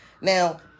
Now